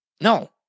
No